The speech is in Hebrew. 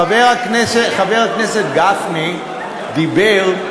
חבר הכנסת גפני דיבר,